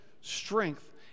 strength